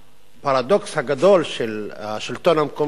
הפרדוקס הגדול של השלטון המקומי הוא